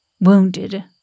wounded